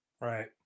Right